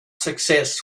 success